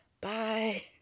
bye